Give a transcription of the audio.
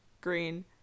Green